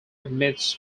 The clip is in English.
meets